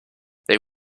they